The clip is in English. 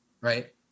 right